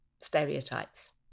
stereotypes